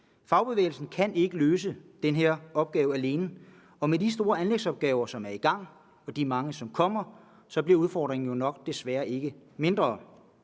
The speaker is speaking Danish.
Fagbevægelsen kan ikke løse den her opgave alene, og med de store anlægsopgaver, som er i gang, og med de mange, som kommer, så bliver udfordringen jo desværre nok ikke mindre.